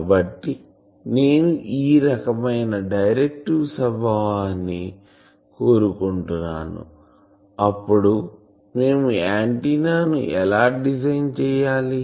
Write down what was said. కాబట్టి నేను ఈ రకమైన డైరెక్టివ్ స్వభావాన్ని కోరుకుంటున్నాను అప్పుడు మేము ఆంటిన్నా ను ఎలా డిజైన్ చేయాలి